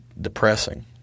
depressing